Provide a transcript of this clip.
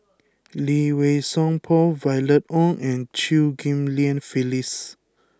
Lee Wei Song Paul Violet Oon and Chew Ghim Lian Phyllis